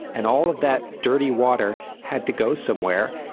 and all of that dirty water had to go somewhere,